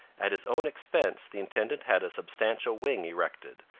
at his own expense the intendant had a substantial wing erected,